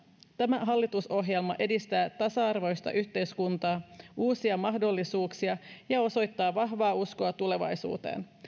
tämä hallitusohjelma edistää tasa arvoista yhteiskuntaa uusia mahdollisuuksia ja osoittaa vahvaa uskoa tulevaisuuteen